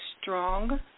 strong